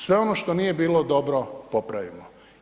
Sve ono što nije bilo dobro popravimo.